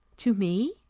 to me!